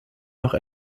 noch